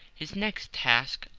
his next task,